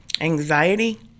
anxiety